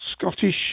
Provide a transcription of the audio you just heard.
Scottish